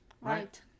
Right